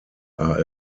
are